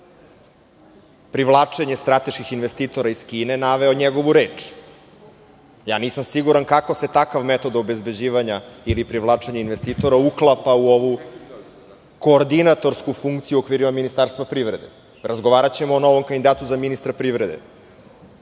privlačenje strateških investitora iz Kine naveo njegovu reč. Nisam siguran kako se takav metod obezbeđivanja ili privlačenje investitora uklapa u ovu koodinatorsku funkciju u okvirima Ministarstva privrede? Razgovaraćemo o novom kandidatu za ministra privrede.